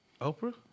Oprah